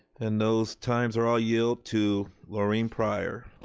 and those times are all yield to loreen prior.